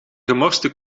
gemorste